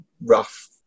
rough